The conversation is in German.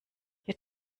hier